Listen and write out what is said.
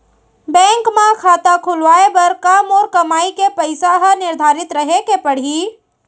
Bank म खाता खुलवाये बर का मोर कमाई के पइसा ह निर्धारित रहे के पड़ही?